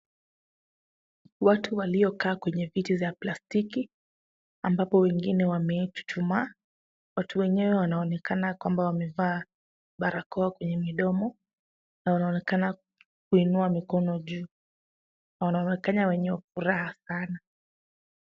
Watu waliokaa kwenye viti za plastiki ambapo wengine wamechuchumaa. Watu wenyewe wanaonekana kwamba wamevaa barakoa kwenye midomo na wanaonekana kuinua mikono juu na wanaonekana wenye furaha sana.